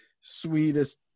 sweetest